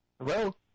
Hello